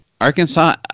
Arkansas